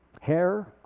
Hair